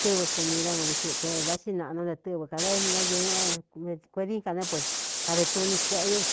tɨ́vɨ ku mi dá nu vi xite vá ꞌxi nāꞌnu nte tɨ́vɨ kāda naee ñkuedin ka né pues kade tuni kueꞌe yú vi.